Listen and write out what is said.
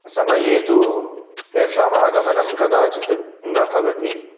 समये तु तेषाम् आगमनं कदचित् न भवति